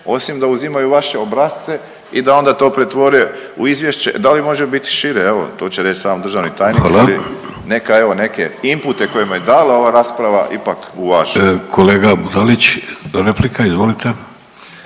osim da uzimaju vaše obrasce i da onda to pretvore u izvješće. Da li može biti šire evo to će reći sam državni tajnik …/Upadica: Hvala./… ali neka evo neke inpute koje mu je dala ova rasprava ipak uvaži. **Vidović, Davorko